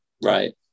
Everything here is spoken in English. Right